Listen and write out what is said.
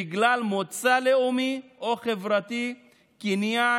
בגלל מוצא לאומי או חברתי, קניין,